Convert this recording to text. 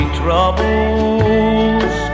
troubles